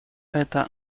это